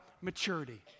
maturity